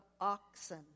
oxen